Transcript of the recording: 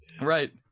Right